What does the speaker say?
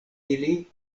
ili